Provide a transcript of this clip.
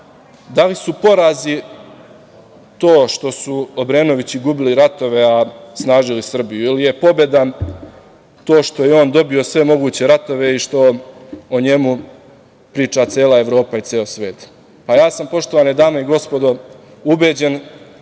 da li su porazi to što su Obrenovići gubili ratove, a snažili Srbiju ili je pobeda to što je on dobio sve moguće ratove i što o njemu priča cela Evropa i ceo svet? Poštovane dame i gospodo, ubeđen